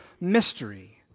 mystery